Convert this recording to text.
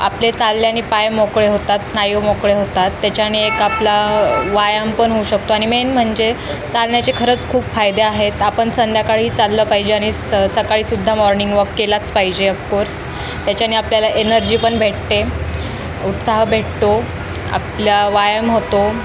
आपले चालल्याने पाय मोकळे होतात स्नायू मोकळे होतात त्याच्याने एक आपला व्यायाम पण होऊ शकतो आणि मेन म्हणजे चालण्याचे खरंच खूप फायदे आहेत आपण संध्याकाळीही चाललं पाहिजे आणि सकाळीसुद्धा मॉर्निंग वॉक केलाच पाहिजे अफकोर्स त्याच्याने आपल्याला एनर्जी पण भेटते उत्साह भेटतो आपल्या व्यायाम होतो